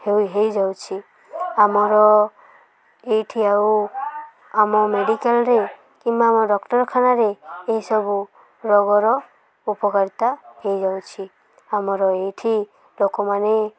ହେଉ ହୋଇଯାଉଛି ଆମର ଏଇଠି ଆଉ ଆମ ମେଡ଼ିକାଲ୍ରେ କିମ୍ବା ଆମ ଡ଼କ୍ଟରଖାନାରେ ଏହିସବୁ ରୋଗର ଉପକାରିତା ହେଇଯାଉଛି ଆମର ଏଇଠି ଲୋକମାନେ